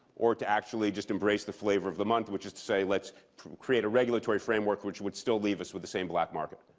or to actually just embrace the flavor of the month? which is to say, let's create a regulatory framework which would still leave us with the same black market?